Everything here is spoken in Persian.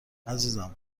عزیزم